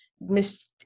Miss